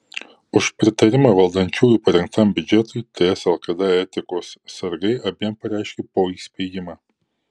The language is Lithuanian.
už pritarimą valdančiųjų parengtam biudžetui ts lkd etikos sargai abiem pareiškė po įspėjimą